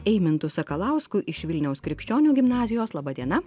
eimantu sakalausku iš vilniaus krikščionių gimnazijos laba diena